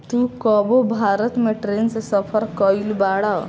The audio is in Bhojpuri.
तू कबो भारत में ट्रैन से सफर कयिउल बाड़